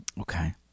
Okay